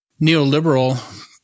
neoliberal